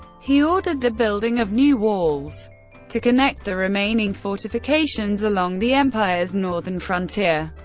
he ordered the building of new walls to connect the remaining fortifications along the empire's northern frontier.